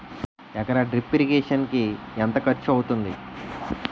ఎకర drip irrigation కి ఎంత ఖర్చు అవుతుంది?